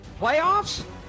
playoffs